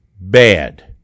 bad